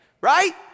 right